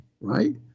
right